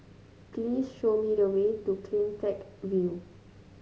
please show me the way to CleanTech View